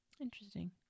Interesting